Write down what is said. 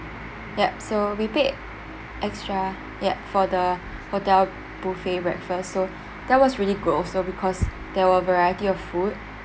yup so we paid extra yup for the hotel buffet breakfast so that was really good also because there were variety of food